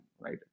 Right